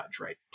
right